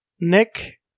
Nick